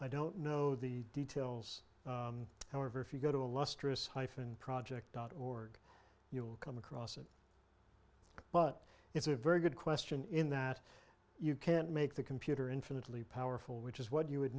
i don't know the details however if you go to a lustrous hyphen project dot org you'll come across it but it's a very good question in that you can't make the computer infinitely powerful which is what you would